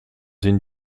une